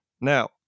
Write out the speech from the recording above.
Now